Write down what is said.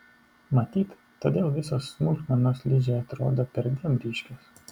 matyt todėl visos smulkmenos ližei atrodo perdėm ryškios